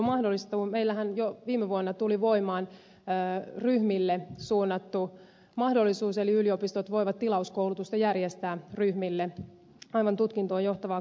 meillähän jo viime vuonna tuli voimaan ryhmille suunnattu mahdollisuus eli yliopistot voivat tilauskoulutusta järjestää ryhmille aivan tutkintoon johtavaa koulutusta